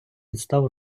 підстав